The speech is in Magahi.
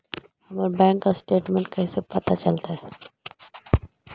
हमर बैंक स्टेटमेंट कैसे पता चलतै?